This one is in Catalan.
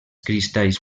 cristalls